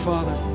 Father